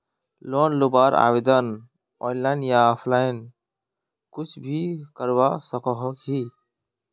Loan लुबार आवेदन online या ऑफलाइन कुछ भी करवा सकोहो ही?